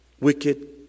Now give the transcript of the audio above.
wicked